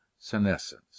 senescence